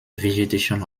vegetation